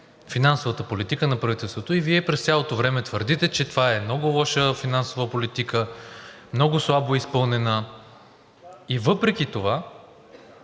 финансовата политика на правителството. И Вие през цялото време твърдите, че това е много лоша финансова политика, много слабо изпълнена. И въпреки това